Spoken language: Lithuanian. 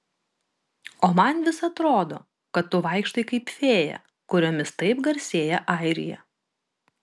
o man vis atrodo kad tu vaikštai kaip fėja kuriomis taip garsėja airija